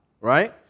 right